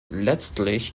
letztlich